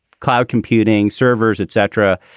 cloud computing, servers, et cetera.